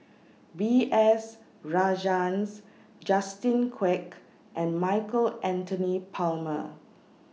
B S Rajhans Justin Quek and Michael Anthony Palmer